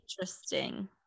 interesting